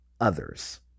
others